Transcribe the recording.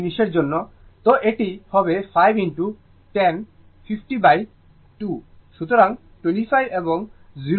তো এটি হবে 5 10 502 সুতরাং 25 এবং 0o 60o